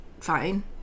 fine